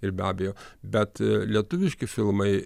ir be abejo bet lietuviški filmai